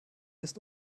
ist